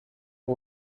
aux